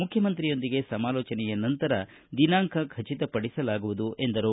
ಮುಖ್ಜಮಂತ್ರಿಗಳೊಂದಿಗೆ ಸಮಾಲೋಚನೆಯ ನಂತರ ದಿನಾಂಕ ಖಚಿತಪಡಿಸಲಾಗುವುದು ಎಂದರು